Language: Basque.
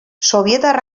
sobietar